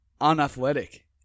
unathletic